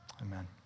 Amen